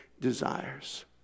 desires